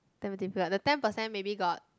ten fifteen like the ten percent maybe got